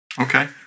okay